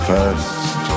First